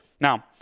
Now